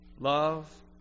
love